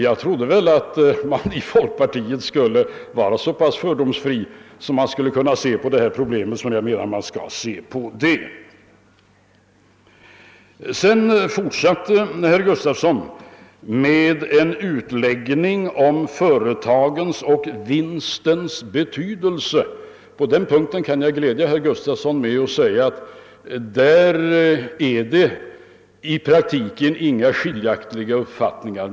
Jag trodde att man i folkpartiet skulle vara så pass fördomsfri, att man där kunde se på detta problem på det sätt som jag menar att man bör göra. Herr Gustafson fortsatte med en utläggning om företagens och vinstens betydelse. På denna punkt kan jag glädja herr Gustafson med att vi i praktiken inte har några skiljaktiga uppfattningar.